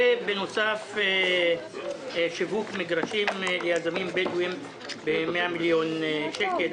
ובנוסף שיווק מגרשים ליזמים בדואים ב-100 מיליון שקל.